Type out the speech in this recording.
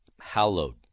hallowed